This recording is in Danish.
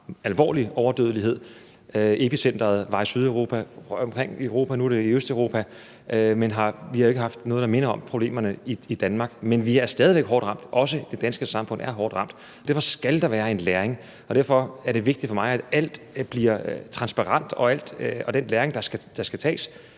alvorlig overdødelighed. Epicenteret var i Sydeuropa, og nu er det i Østeuropa. Men vi har jo ikke haft noget, der minder om problemerne, i Danmark. Men vi er stadig væk hårdt ramt – det danske samfund er hårdt ramt. Derfor skal der være en læring, og derfor er det vigtigt for mig, at alt bliver transparent, og at den læring, der skal gøres,